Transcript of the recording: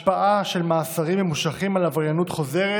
השפעה של מאסרים ממושכים על עבריינות חוזרת